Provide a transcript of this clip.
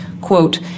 quote